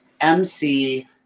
MC